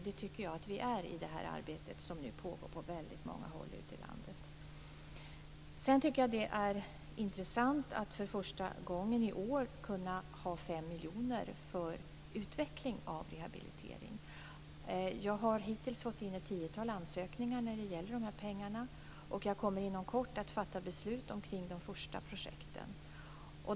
Det tycker jag att vi är i det arbete som nu pågår på många håll ute i landet. Det är intressant att vi för första gången i år har 500 miljoner för utvecklingsarbete i fråga om rehabilitering. Jag har hittills fått in ett tiotal ansökningar när det gäller dessa pengar, och jag kommer inom kort att fatta beslut omkring de första projekten.